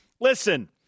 Listen